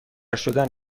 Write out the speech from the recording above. شدن